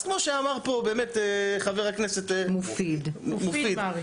אז כמו שאמר פה באמת חה"כ מופיד מרעי,